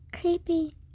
creepy